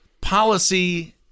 policy